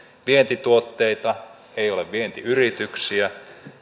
vientituotteita ei ole vientiyrityksiä